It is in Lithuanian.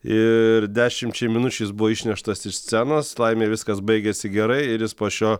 ir dešimčiai minučių jis buvo išneštas iš scenos laimė viskas baigėsi gerai ir jis po šio